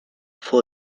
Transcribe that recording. fou